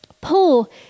Paul